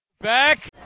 Back